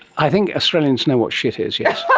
i think australians know what shit is, yes.